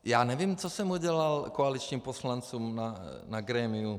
Já nevím, co jsem udělal koaličním poslancům na grémiu.